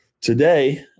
Today